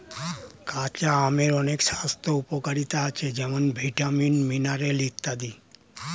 কাঁচা আমের অনেক স্বাস্থ্য উপকারিতা আছে যেমন ভিটামিন, মিনারেল ইত্যাদি